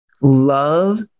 Love